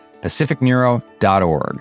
pacificneuro.org